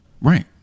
Right